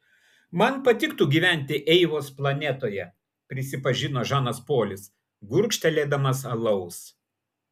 man patiktų gyventi eivos planetoje prisipažino žanas polis gurkštelėdamas alaus